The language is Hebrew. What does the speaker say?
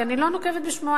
כי אני לא נוקבת בשמו,